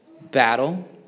battle